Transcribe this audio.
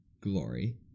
glory